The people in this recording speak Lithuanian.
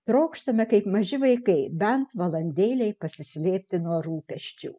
trokštame kaip maži vaikai bent valandėlei pasislėpti nuo rūpesčių